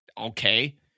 okay